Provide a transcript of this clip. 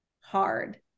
hard